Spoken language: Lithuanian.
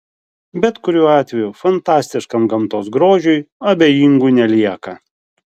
bet kuriuo atveju fantastiškam gamtos grožiui abejingų nelieka